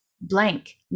Blank